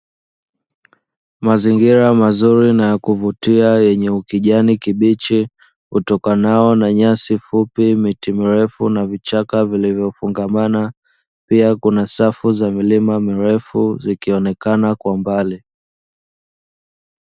Mazingira mazuri na ya kuvutia yenye ukijani kibichi utokanao na nyasi fupi, miti mirefu na vichaka vilivofungamana pia kuna safu za milima mirefu zikionekana kwa mbali.